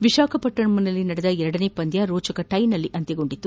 ವಿಶಾಖಪಟ್ಟಣಂನಲ್ಲಿ ನಡೆದ ಎರಡನೇ ಪಂದ್ವ ರೋಚಕ ಟೈ ನಲ್ಲಿ ಅಂತ್ಯಕಂಡಿತ್ತು